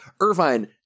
Irvine